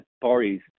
parties